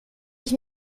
ich